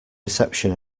reception